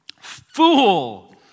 Fool